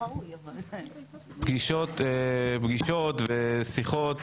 פגישות ושיחות